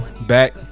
back